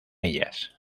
ellas